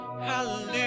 hallelujah